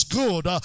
good